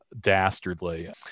dastardly